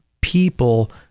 people